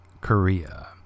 korea